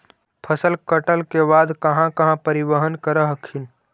फसल कटल के बाद कहा कहा परिबहन कर हखिन?